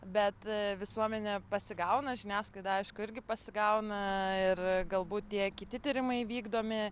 bet visuomenė pasigauna žiniasklaida aišku irgi pasigauna ir galbūt tie kiti tyrimai vykdomi